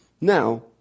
Now